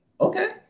Okay